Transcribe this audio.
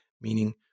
meaning